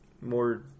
more